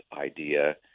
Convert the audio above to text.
idea